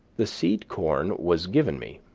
the seed corn was given me.